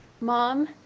Mom